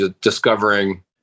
discovering